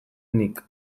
nik